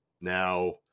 Now